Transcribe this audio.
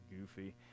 goofy